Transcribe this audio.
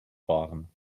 waren